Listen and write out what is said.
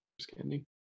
scanning